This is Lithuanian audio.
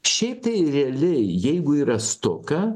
šiaip tai realiai jeigu yra stoka